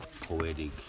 poetic